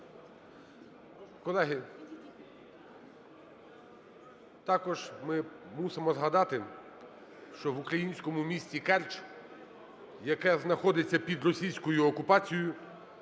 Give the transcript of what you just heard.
Колеги, також ми мусимо згадати, що в українському місті Керч, яке знаходиться під російською окупацією,